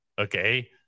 okay